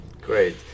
Great